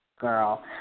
girl